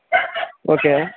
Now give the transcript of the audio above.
okay